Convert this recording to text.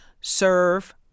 serve